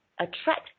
attract